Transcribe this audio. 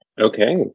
okay